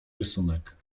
rysunek